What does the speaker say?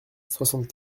soixante